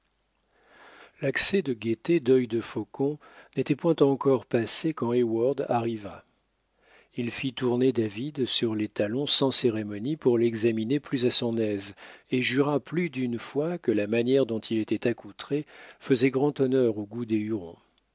acteurs de cette scène l'accès de gaieté dœil de faucon n'était point encore passé quand heyward arriva il fit tourner david sur les talons sans cérémonie pour l'examiner plus à son aise et jura plus d'une fois que la manière dont il était accoutré faisait grand honneur au goût des